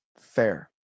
Fair